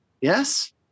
Yes